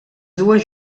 dues